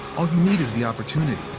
need is the opportunity.